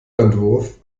entwurf